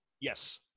Yes